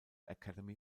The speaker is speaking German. academy